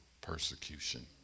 persecution